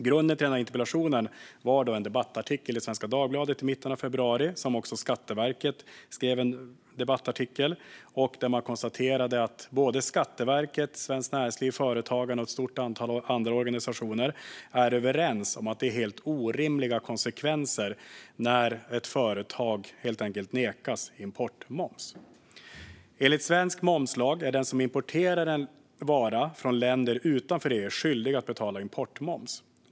Grunden till den här interpellationen var en debattartikel i Svenska Dagbladet i mitten av februari - även från Skatteverket skrev man en artikel - där man konstaterade att både Skatteverket, Svenskt Näringsliv, Företagarna och ett stort antal andra organisationer är överens om att det blir helt orimliga konsekvenser när ett företag helt enkelt nekas importmoms. Enligt svensk momslag är den som importerar en vara från länder utanför EU skyldig att betala importmoms.